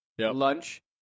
lunch